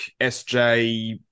SJ